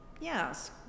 Yes